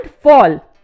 fall